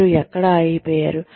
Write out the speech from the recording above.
మీరు ఎక్కడ ఆగిపోయారు